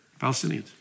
Palestinians